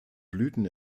blüten